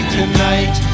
tonight